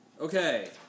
Okay